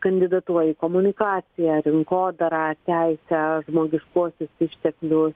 kandidatuoja į komunikaciją rinkodarą teisę žmogiškuosius išteklius